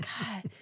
God